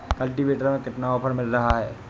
Cultivator में कितना offer मिल रहा है?